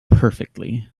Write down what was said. perfectly